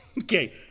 Okay